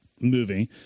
movie